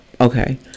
Okay